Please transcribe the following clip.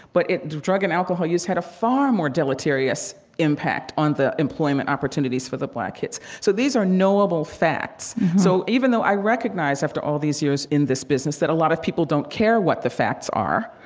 but it drug and alcohol use had a far more deleterious impact on the employment opportunities for the black kids. so these are knowable facts so even though i recognize after all these years in this business that a lot of people don't care what the facts are,